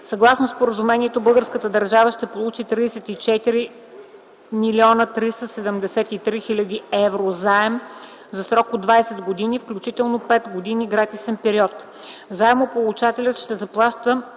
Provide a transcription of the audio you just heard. Съгласно споразумението българската държава ще получи 34 млн. 373 хил. евро заем за срок от 20 години, включително 5 години гратисен период. Заемополучателят ще заплаща